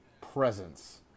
presence